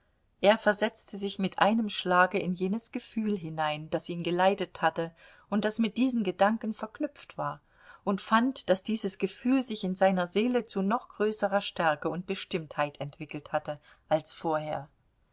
er versetzte sich mit einem schlage in jenes gefühl hinein das ihn geleitet hatte und das mit diesen gedanken verknüpft war und fand daß dieses gefühl sich in seiner seele zu noch größerer stärke und bestimmtheit entwickelt hatte als vorher